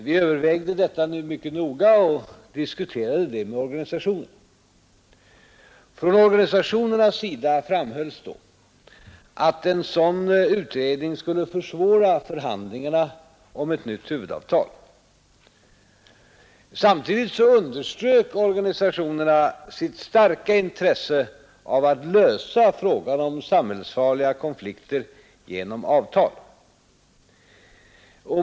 Vi övervägde detta mycket noga och diskuterade det med organisationerna. Från organisationernas sida framhölls då att en sådan utredning skulle försvåra förhandlingarna om ett nytt huvudavtal. Samtidigt underströk organisationerna sitt starka intresse av att lösa fråran om samhällsfarliga konflikter genom avtal.